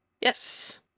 Yes